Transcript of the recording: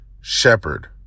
shepherd